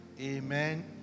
Amen